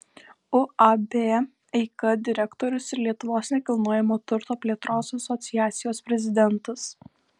uab eika direktorius ir lietuvos nekilnojamojo turto plėtros asociacijos prezidentas